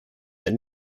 that